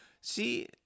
See